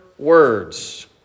words